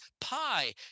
pi